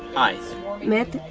hi met.